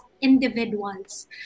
individuals